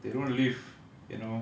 they don't live you know um